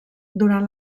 durant